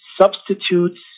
substitutes